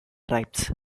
tribes